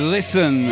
Listen